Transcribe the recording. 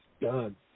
done